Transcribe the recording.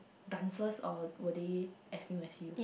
dancers or were they as new as you